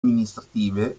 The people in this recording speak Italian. amministrative